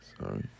Sorry